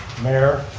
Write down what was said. mayor,